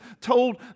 told